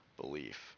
belief